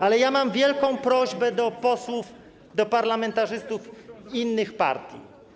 Ale ja mam wielką prośbę do posłów, do parlamentarzystów innych partii.